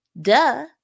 Duh